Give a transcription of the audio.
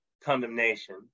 condemnation